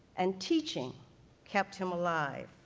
and teaching kept him alive.